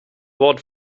vad